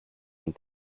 and